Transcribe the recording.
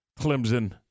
Clemson